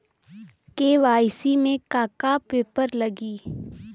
KYC में का का पेपर लगी?